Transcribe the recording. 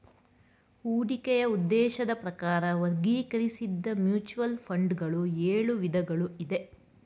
ಹೂಡಿಕೆಯ ಉದ್ದೇಶದ ಪ್ರಕಾರ ವರ್ಗೀಕರಿಸಿದ್ದ ಮ್ಯೂಚುವಲ್ ಫಂಡ್ ಗಳು ಎಳು ವಿಧಗಳು ಇದೆ